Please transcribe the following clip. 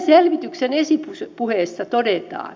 selvityksen esipuheessa todetaan